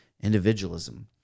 individualism